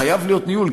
חייב להיות ניהול,